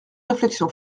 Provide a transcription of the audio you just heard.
réflexion